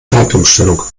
zeitumstellung